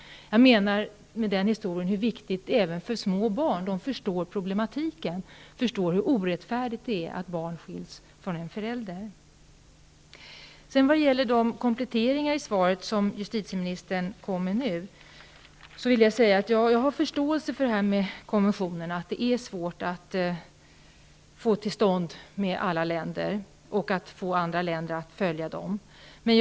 Jag vill med den historien visa hur viktigt detta är även för små barn. De förstår problematiken, hur orättfärdigt det är att barn skils från en förälder. Justitieministern gjorde här några kompletteringar av svaret. Jag har förståelse för att det är svårt att få till stånd konventioner med alla länder och att få andra länder att följa konventionerna.